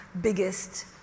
biggest